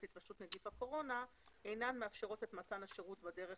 התפשטות נגיף הקורונה אינן מאפשרות את מתן השירות בדרך